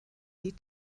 die